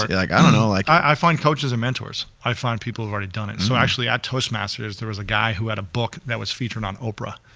like, i don't know, like i find coaches and mentors. i find people who've already done it, so actually at toastmasters there was a guy who had a book that was featured on oprah.